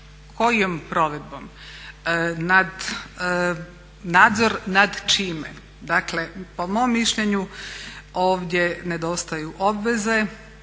kojom provedbom, nadzor nad čime? Dakle, po mom mišljenju ovdje nedostaju o obveze